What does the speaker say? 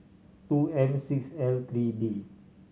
two M six L three D